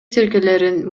тилкелерин